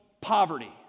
poverty